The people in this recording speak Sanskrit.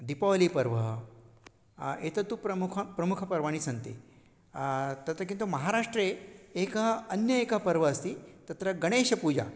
दीपावलीपर्वः एतत्तु प्रमुखः प्रमुखपर्वाणि सन्ति तत्र किन्तु महाराष्ट्रे एकः अन्यः एकः पर्वः अस्ति तत्र गणेशपूजा